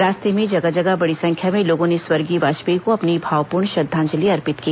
रास्ते में जगह जगह बड़ी संख्या में लोगों ने स्वर्गीय वाजपेयी को अपनी भावपूर्ण श्रद्दांजलि अर्पित की